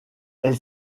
elle